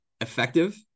effective